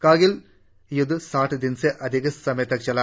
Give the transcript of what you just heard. करगिल युद्ध साठ दिन से अधिक समय तक चला